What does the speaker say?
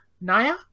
Naya